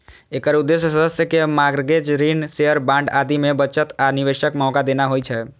एकर उद्देश्य सदस्य कें मार्गेज, ऋण, शेयर, बांड आदि मे बचत आ निवेशक मौका देना होइ छै